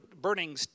burning